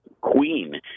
queen